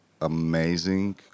Amazing